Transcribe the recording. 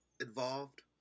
involved